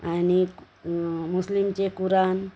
आणिक मुस्लिमांचे कुराण